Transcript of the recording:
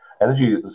energy